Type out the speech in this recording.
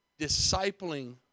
discipling